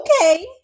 okay